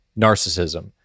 narcissism